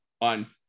on